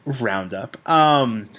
roundup